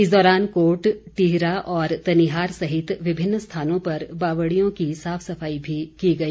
इस दौरान कोट टीहरा और तनिहार सहित विभिन्न स्थानों पर बावड़ियों की साफ सफाई भी की गई